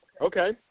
Okay